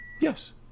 Yes